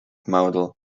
model